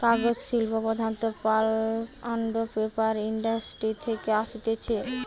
কাগজ শিল্প প্রধানত পাল্প আন্ড পেপার ইন্ডাস্ট্রি থেকে আসতিছে